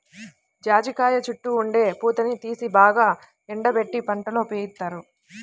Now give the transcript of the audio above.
జాజికాయ చుట్టూ ఉండే పూతని తీసి బాగా ఎండబెట్టి వంటల్లో ఉపయోగిత్తారు